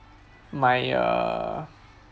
my err